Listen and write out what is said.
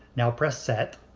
now press set.